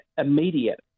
immediate